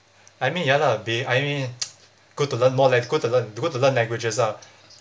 I mean ya lah be I mean good to learn more lang~ good to learn good to learn languages ah